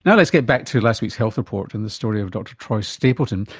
now let's get back to last week's health report, and the story of dr troy stapleton,